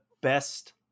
best